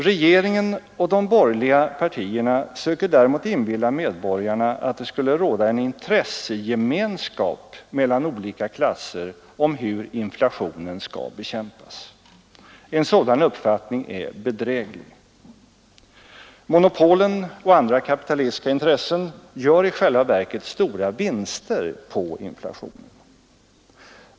Regeringen och de borgerliga partierna söker däremot inbilla medborgarna att det skulle råda en intressegemenskap mellan olika klasser om hur inflationen skall bekämpas. En sådan uppfattning är bedräglig. Monopolen och andra kapitalistiska intressen gör i själva verket stora vinster på inflationen.